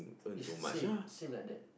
it's same same like that